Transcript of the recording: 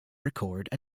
record